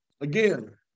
again